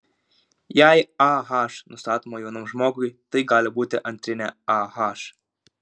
jei ah nustatoma jaunam žmogui tai gali būti antrinė ah